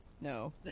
No